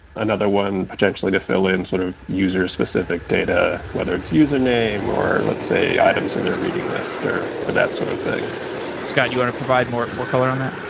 another one potentially to fill in sort of user specific data, whether it's username or let's say items and they're reading list or or that sort of thing scott, do you want to provide more more color on that?